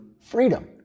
freedom